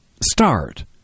Start